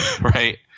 right